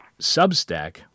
Substack